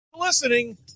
Listening